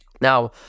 Now